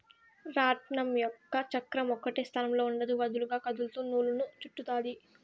రాట్నం యొక్క చక్రం ఒకటే స్థానంలో ఉండదు, వదులుగా కదులుతూ నూలును చుట్టుతాది